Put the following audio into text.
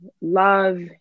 love